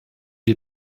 wir